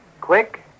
Quick